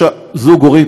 זוג הורים,